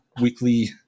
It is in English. weekly